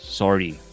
sorry